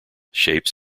shapes